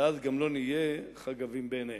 ואז גם לא נהיה חגבים בעיניהם.